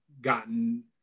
gotten